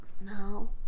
No